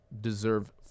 deserve